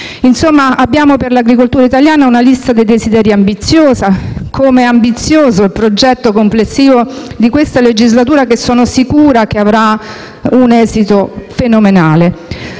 Insomma, abbiamo per l'agricoltura italiana una lista dei desideri ambiziosa, come ambizioso è il progetto complessivo di questa legislatura che sono sicura avrà un esito fenomenale,